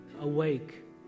awake